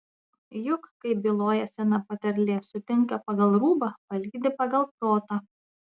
juk kaip byloja sena patarlė sutinka pagal rūbą palydi pagal protą